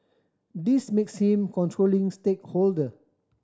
this makes him controlling stakeholder